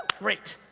great!